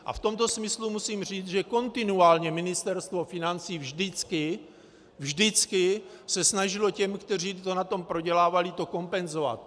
V tomto smyslu musím říct, že kontinuálně Ministerstvo financí vždycky vždycky se snažilo těm, kteří na tom prodělávali, to kompenzovat.